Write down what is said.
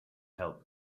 help